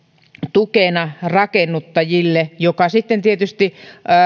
tukena rakennuttajille joka sitten tietysti